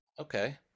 okay